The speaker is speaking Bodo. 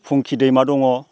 फुंखि दैमा दङ